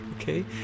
okay